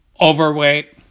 overweight